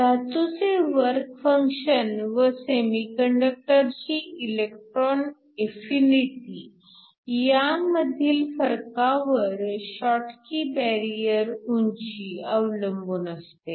धातूचे work function व सेमीकंडक्टरची इलेक्ट्रॉन एफिनिटी ह्यांमधील फरकावर शॉटकी बॅरिअर उंची अवलंबून असते